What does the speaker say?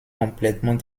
complètement